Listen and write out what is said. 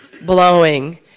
blowing